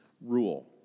rule